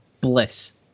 bliss